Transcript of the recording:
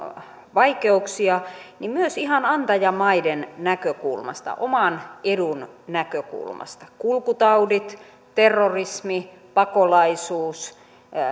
vaikeuksia myös ihan antajamaiden näkökulmasta oman edun näkökulmasta kulkutaudit terrorismi pakolaisuus